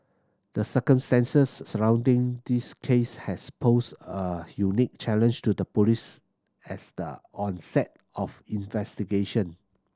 the circumstances surrounding this case had posed a unique challenge to the police as the onset of investigation